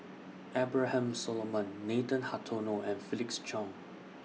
Abraham Solomon Nathan Hartono and Felix Cheong